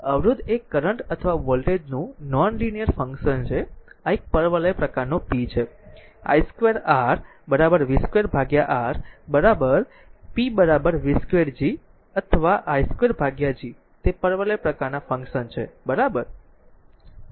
અવરોધ એ કરંટ અથવા વોલ્ટેજ નું નોન લીનીયર ફંક્શન છે આ તે એક પરવલય પ્રકારનો p છે i2 R v2R or p v2 G or i2G તે પરવલય પ્રકારનાં ફંક્શન છે બરાબર